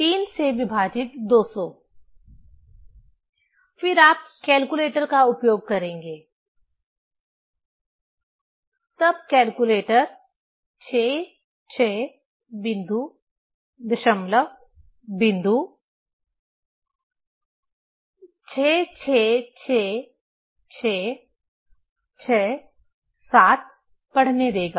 3 से विभाजित 200 फिर आप कैलकुलेटर का उपयोग करेंगे तब कैलकुलेटर 66 बिंदु दशमलव बिंदु 66666667 पढ़ने देगा